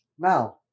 Now